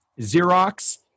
Xerox